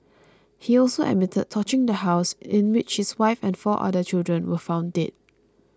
he also admitted torching the house in which his wife and four other children were found dead